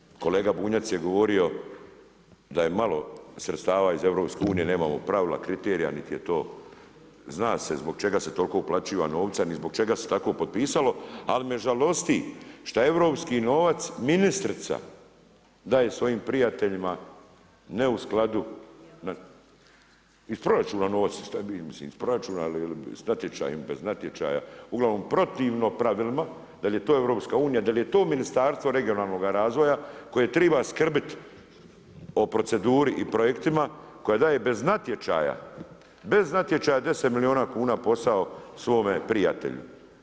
Žao mi je kolega Bunjac je govorio da je malo sredstava iz EU nemamo pravila, kriterija, niti je to, zna se zbog čega se toliko uplaćuje novca, ni zbog čega se tako potpisalo ali me žalosti što europski novac, ministrica daje svojim prijateljima, ne u skladu …… [[Upadica se ne čuje.]] Iz proračuna novac, iz proračuna, ili iz natječaja, bez natječaja, uglavnom protivno pravilima, da li je to EU, da li je to Ministarstvo regionalnoga razvoja koje treba skrbiti o proceduri i projektima koja daje bez natječaja, bez natječaja 10 milijuna kuna posao svome prijatelju.